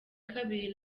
kabiri